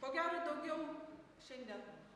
ko gero daugiau šiandien